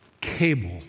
cable